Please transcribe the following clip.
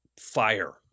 fire